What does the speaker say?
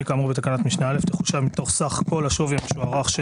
כאמור בתקנת משנה (א) תחושב מתוך כל השווי המשוערך של